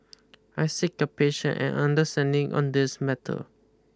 I seek your patience and understanding on this matter